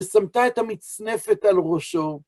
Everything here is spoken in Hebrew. ושמת את המצנפת על ראשו.